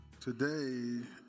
Today